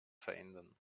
verändern